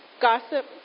gossip